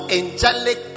angelic